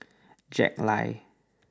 Jack Lai